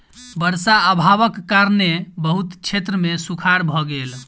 वर्षा अभावक कारणेँ बहुत क्षेत्र मे सूखाड़ भ गेल